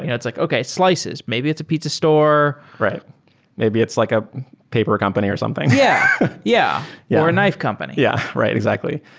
yeah it's like, okay, slices. maybe it's a pizza store. maybe it's like a paper company or something yeah, yeah yeah or a knife company. yeah, right, exactly.